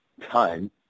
time